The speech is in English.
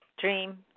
Dream